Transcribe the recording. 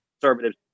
conservatives